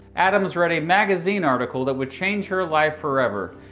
addams read a magazine article that would change her life forever.